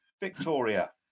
Victoria